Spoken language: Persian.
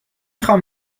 خوام